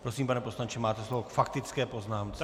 Prosím, pane poslanče, máte slovo k faktické poznámce.